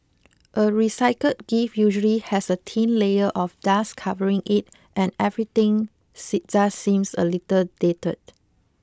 a recycled gift usually has a thin layer of dust covering it and everything see just seems a little dated